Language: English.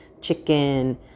Chicken